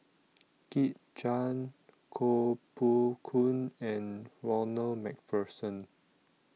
Kit Chan Koh Poh Koon and Ronald MacPherson